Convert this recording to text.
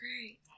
great